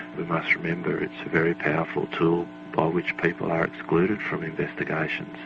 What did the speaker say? we must remember it's a very powerful tool by which people are excluded from investigations,